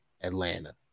Atlanta